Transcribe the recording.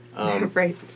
Right